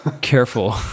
careful